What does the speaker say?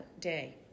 day